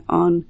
on